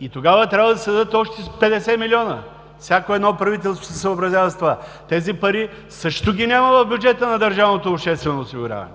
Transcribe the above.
и тогава трябва да се дадат още 50 милиона. Всяко едно правителство се съобразява с това. Тези пари също ги няма в бюджета на държавното обществено осигуряване.